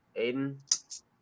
Aiden